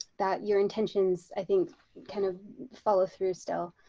that your intentions i think kind of follow through still.